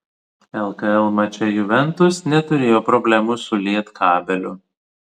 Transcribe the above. lkl mače juventus neturėjo problemų su lietkabeliu